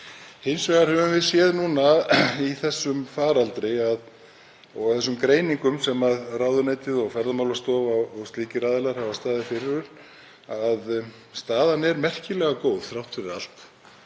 Hins vegar höfum við séð í þessum faraldri, og af þessum greiningum sem ráðuneytið og Ferðamálastofa og slíkir aðilar hafa staðið fyrir, að staðan er merkilega góð þrátt fyrir allt.